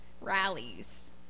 rallies